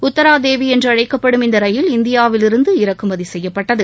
உத்தராதேவி என்றழைக்கப்படும் இந்த ரயில் இந்தியாவில் இருந்து இறக்குமதி செய்யப்பட்டது